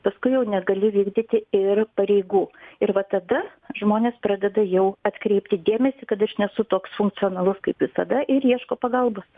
paskui jau negali vykdyti ir pareigų ir va tada žmonės pradeda jau atkreipti dėmesį kad aš nesu toks funkcionalus kaip visada ir ieško pagalbos